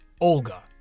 Olga